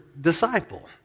disciple